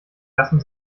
lassen